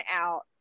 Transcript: out